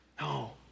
No